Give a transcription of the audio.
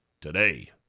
today